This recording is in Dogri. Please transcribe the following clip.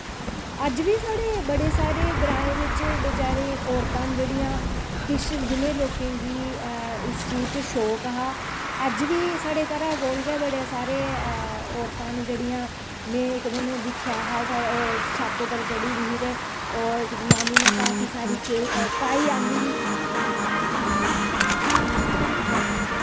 अज्ज बी साढ़े बडे़ सारे ग्रांएं बिच बचारी औरतां न जेह्ड़ियां किश जि'नें लोकें गी इस चीज च शौक हा अज्ज बी साढ़े घरा कोल गै बड़े सारे औरतां न जेह्ड़ियां में इक दिन दिक्खेआ हा साढ़ी छत्त उप्पर चढ़ी दि'यां ओह् इक जनानी ने काफी सारी काई आंदी दी